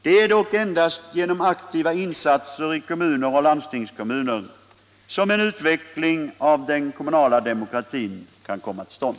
Det är dock endast genom aktiva insatser i kommuner och landstingskommuner som en utveckling av den kommunala demokratin kan komma till stånd.